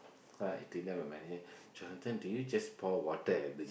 because I eating then my manager Jonathan did you just pour water at the